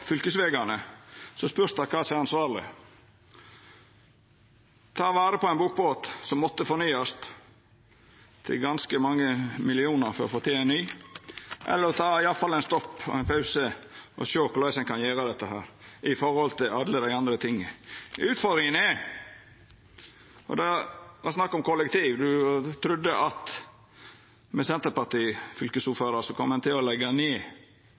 fylkesvegane, spørst det kva som er ansvarleg: å ta vare på ein bokbåt som måtte fornyast for ganske mange millionar for å få til ein ny, eller iallfall å ta ein pause og sjå korleis ein kan gjera dette med tanke på alle dei andre tinga. Utfordringa er – og det er snakk om kollektiv – at ein trudde at med fylkesordførar frå Senterpartiet kom ein til å leggja ned